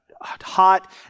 hot